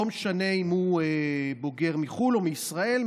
לא משנה אם הוא בוגר מחו"ל או מישראל,